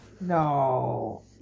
No